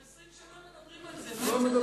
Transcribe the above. כבר 20 שנה מדברים על זה, מדברים.